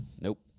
Nope